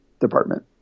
department